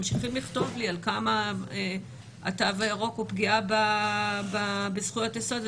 ממשיכים לכתוב לי על כמה התו הירוק הוא פגיעה בזכויות יסוד.